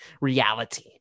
reality